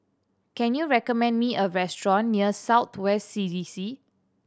can you recommend me a restaurant near South West C D C